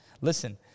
Listen